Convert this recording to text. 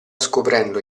scoprendo